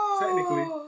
Technically